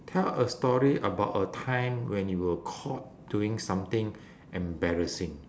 tell a story about a time when you were caught doing something embarrassing